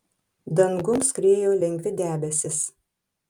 dangum skriejo lengvi debesys